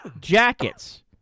jackets